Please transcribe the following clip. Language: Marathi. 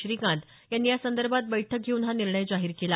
श्रीकांत यांनी यासंदर्भात एक बैठक घेऊन हा निर्णय जाहीर केला